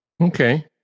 Okay